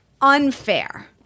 unfair